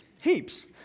heaps